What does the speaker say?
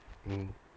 mm